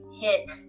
hit